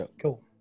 Cool